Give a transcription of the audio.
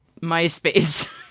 Myspace